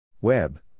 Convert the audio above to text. Web